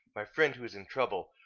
my friend who is in trouble,